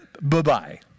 Bye-bye